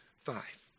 five